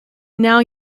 now